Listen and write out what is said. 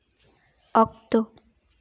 ᱚᱠᱛᱚ